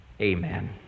amen